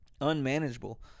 unmanageable